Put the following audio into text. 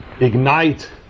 ignite